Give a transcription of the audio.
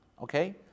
Okay